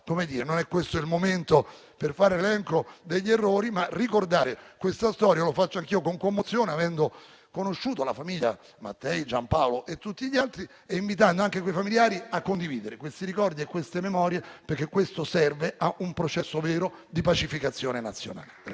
non è il momento per fare l'elenco degli errori, bensì per ricordare questa storia. Lo faccio anch'io, con commozione, avendo conosciuto la famiglia Mattei, Giampaolo e tutti gli altri. E invito anche i familiari a condividere questi ricordi e queste memorie, perché questo serve per un processo vero di pacificazione nazionale.